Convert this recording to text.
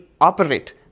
operate